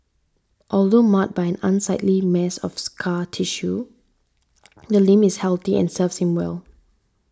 although marred by unsightly mass of scar tissue the limb is healthy and serves him well